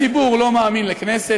הציבור לא מאמין לכנסת,